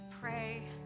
pray